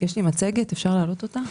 יש לי מצגת ואני מבקשת להעלות אותה.